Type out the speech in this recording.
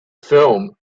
film